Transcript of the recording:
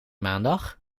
maandag